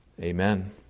Amen